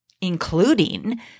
including